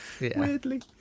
weirdly